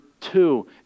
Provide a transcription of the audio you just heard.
two